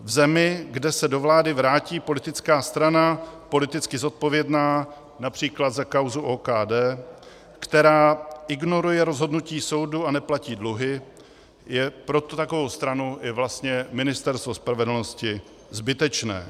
V zemi, kde se do vlády vrátí politická strana politicky zodpovědná například za kauzu OKD, která ignoruje rozhodnutí soudu a neplatí dluhy, pro takovou stranu je vlastně Ministerstvo spravedlnosti zbytečné.